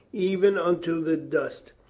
even unto the dust.